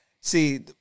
See